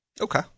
Okay